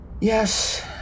Yes